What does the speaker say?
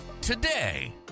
today